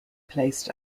placed